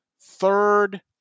third